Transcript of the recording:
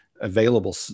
available